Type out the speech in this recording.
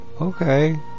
Okay